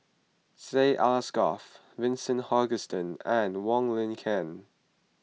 Syed Alsagoff Vincent Hoisington and Wong Lin Ken